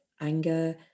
anger